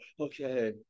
Okay